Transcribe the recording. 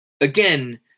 again